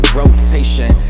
rotation